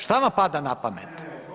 Što vam pada na pamet?